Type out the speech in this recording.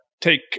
take